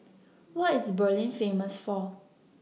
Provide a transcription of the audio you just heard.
What IS Berlin Famous For